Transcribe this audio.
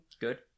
good